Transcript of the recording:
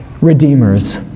redeemers